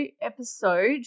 episode